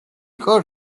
იყო